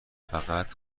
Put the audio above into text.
فقط